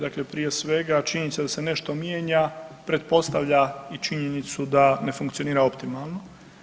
Dakle, prije svega činjenica da se nešto mijenja pretpostavlja i činjenicu da ne funkcionira optimalno.